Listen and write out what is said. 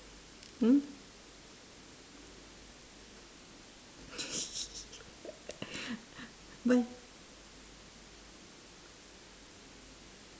hmm but